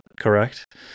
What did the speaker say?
correct